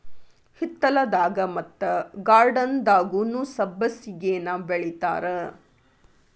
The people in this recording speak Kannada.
ಹಿತ್ತಲದಾಗ ಮತ್ತ ಗಾರ್ಡನ್ದಾಗುನೂ ಸಬ್ಬಸಿಗೆನಾ ಬೆಳಿತಾರ